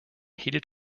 heated